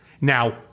Now